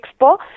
expo